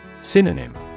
Synonym